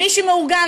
מי שמאורגן,